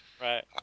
Right